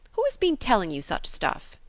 who has been telling you such stuff?